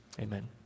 amen